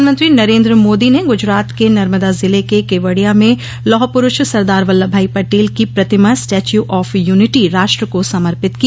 प्रधानमंत्री नरेन्द्र मोदी ने गुजरात के नर्मदा जिले के केवडिया में लौह पुरूष सरदार वल्लभ भाई पटेल की प्रतिमा स्टैच्यू ऑफ यूनिटी राष्ट्र को समर्पित की